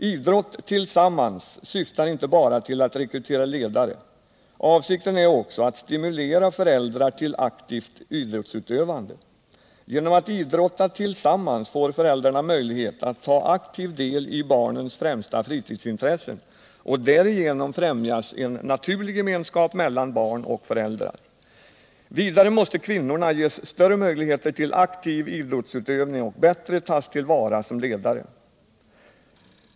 ”Idrott tillsammans” syftar inte bara till att rekrytera ledare. Avsikten är också att stimulera föräldrar till aktivt idrottsutövande. Genom att idrotta tillsammans får föräldrarna möjlighet att ta aktiv del i barnens främsta fritidsintressen, och därigenom främjas en naturlig gemenskap mellan barn och föräldrar. Vidare måste kvinnorna ges större möjligheter till aktiv idrottsutövning och bättre tas till vara som ledare.